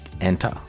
enter